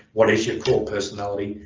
what is your core personality,